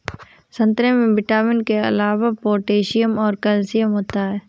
संतरे में विटामिन के अलावा पोटैशियम और कैल्शियम होता है